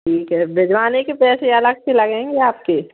ठीक है भिजवाने के पैसे अलग से लगेंगे आपके